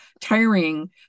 tiring